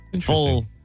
full